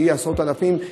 שיש בה עשרות אלפים,